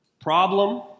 Problem